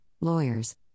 lawyers